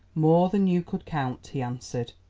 more than you could count, he answered,